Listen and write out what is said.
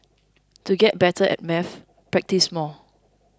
to get better at maths practise more